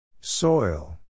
Soil